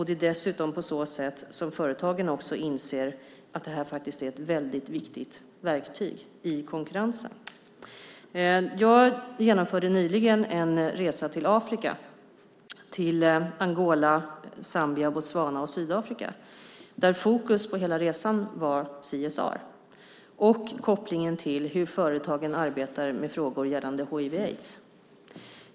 Det är dessutom på så sätt som företagen också inser att det här faktiskt är ett väldigt viktigt verktyg i konkurrensen. Jag genomförde nyligen en resa till Afrika, till Angola, Zambia, Botswana och Sydafrika, där fokus på hela resan var CSR och kopplingen till hur företagen arbetar med frågor om hiv/aids.